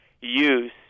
use